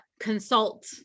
consult